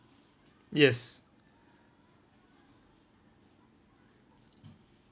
yes